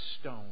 stone